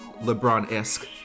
LeBron-esque